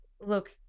Look